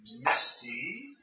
Misty